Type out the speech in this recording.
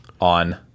on